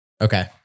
Okay